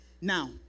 Now